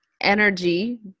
energy